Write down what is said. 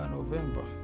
November